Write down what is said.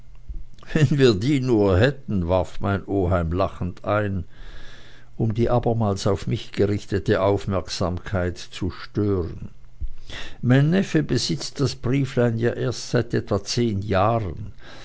wenn wir sie nur hätten warf mein oheim lachend ein um die abermals auf mich gerichtete aufmerksamkeit zu stören mein neffe besitzt das brieflein ja erst seit etwa zehn jahren